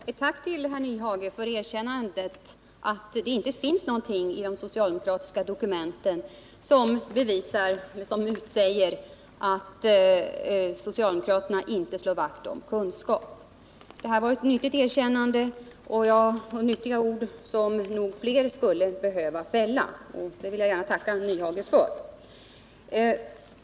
Herr talman! Jag vill rikta ett tack till herr Nyhage för erkännandet att det inte finns någonting i de socialdemokratiska dokumenten som utsäger att socialdemokraterna inte slår vakt om kunskapen. Det var nyttiga ord som nog flera skulle behöva fälla. Jag vill gärna tacka herr Nyhage för detta.